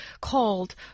called